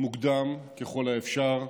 מוקדם ככל האפשר,